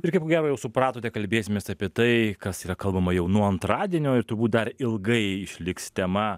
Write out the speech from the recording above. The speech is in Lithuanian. ir kaip ko gero jau supratote kalbėsimės apie tai kas yra kalbama jau nuo antradienio ir turbūt dar ilgai išliks tema